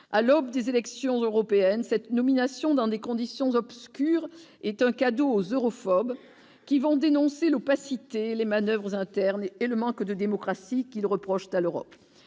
à l'aube des élections européennes, cette nomination dans des conditions obscures, est un cadeau aux europhobes qui vont dénoncer l'opacité les manoeuvres internes et le manque de démocratie qu'il reproche à l'Europe,